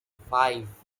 five